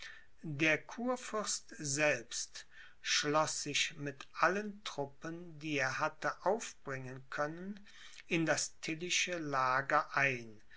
der kurfürst selbst schloß sich mit allen truppen die er hatte aufbringen können in das tilly'sche lager ein